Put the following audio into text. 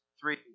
three